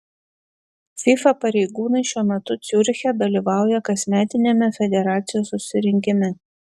fifa pareigūnai šiuo metu ciuriche dalyvauja kasmetiniame federacijos susirinkime